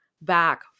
back